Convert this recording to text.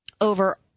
over